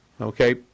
okay